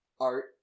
art